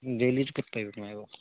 daily ক'তনো পাৰিব নোৱাৰিব